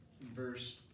verse